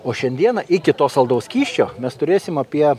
o šiandieną iki to saldaus skysčio mes turėsim apie